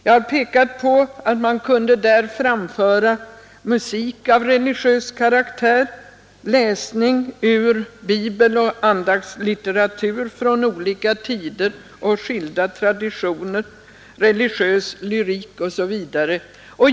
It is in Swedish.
Jag har pekat på att man där kunde | framföra musik av religiös karaktär, läsning ur Bibeln och andaktslittera I tur från olika tider och skilda traditioner, religiös lyrik osv.